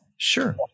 Sure